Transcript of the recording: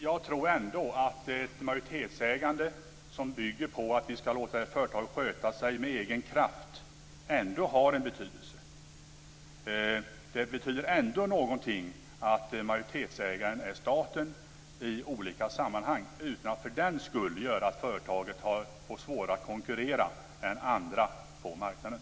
Jag tror ändå att ett majoritetsägande som bygger på att vi skall låta ett företag sköta sig med egen kraft har en betydelse. Det betyder ändå någonting att majoritetsägaren i olika sammanhang är staten, utan att företaget för den skull får svårare än andra att konkurrera på marknaden.